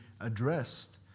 addressed